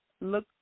Look